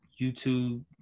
YouTube